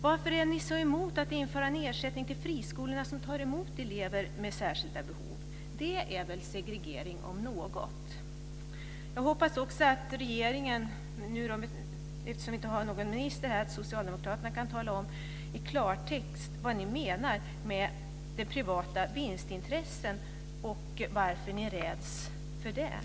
Varför är ni så emot att införa en ersättning till de friskolor som tar emot elever med särskilda behov? Det är väl segregering om något! Jag hoppas också att regeringen - eller socialdemokraterna, eftersom vi inte har någon minister här - kan tala om i klartext vad ni menar med privata vinstintressen och varför ni räds detta.